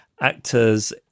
actors